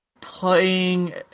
playing